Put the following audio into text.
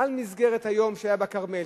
על מסגרת היום שהיה בכרמל.